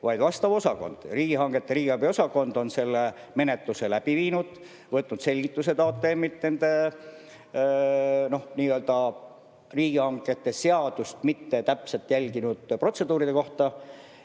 vaid vastav osakond. Riigihangete ja riigiabi osakond on selle menetluse läbi viinud, võtnud selgitused HTM‑ilt nende, noh, nii-öelda riigihangete seadust mitte täpselt jälginud protseduuride kohta,